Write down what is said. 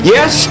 Yes